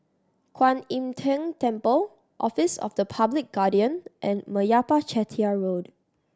Kuan Im Tng Temple Office of the Public Guardian and Meyappa Chettiar Road